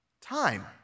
time